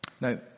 Now